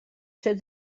ser